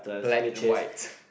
black and white